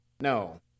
no